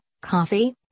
coffee